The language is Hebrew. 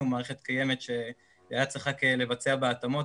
מערכת קיימת שהיה צריך רק לבצע בה התאמות,